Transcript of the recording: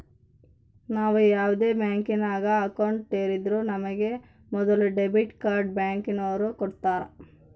ನಾವು ಯಾವ್ದೇ ಬ್ಯಾಂಕಿನಾಗ ಅಕೌಂಟ್ ತೆರುದ್ರೂ ನಮಿಗೆ ಮೊದುಲು ಡೆಬಿಟ್ ಕಾರ್ಡ್ನ ಬ್ಯಾಂಕಿನೋರು ಕೊಡ್ತಾರ